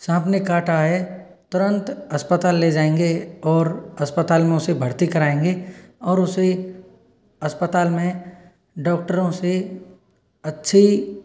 सांप ने काटा है तुरंत अस्पताल ले जाएंगे और अस्पताल में उसे भर्ती कराएंगे और उसे अस्पताल में डॉक्टरों से अच्छी